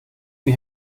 wie